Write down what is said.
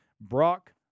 Brock